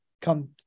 come